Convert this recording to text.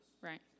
right